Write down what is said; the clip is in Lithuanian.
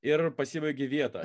ir pasibaigė vieta